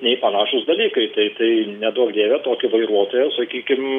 nei panašūs dalykai tai tai neduok dieve tokį vairuotoją sakykim